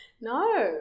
No